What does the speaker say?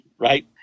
right